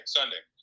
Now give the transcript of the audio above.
Sunday